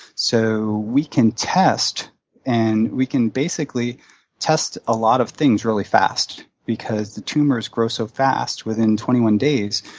so we can test and we can basically test a lot of things really fast because the tumors grow so fast. within twenty one days,